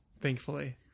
thankfully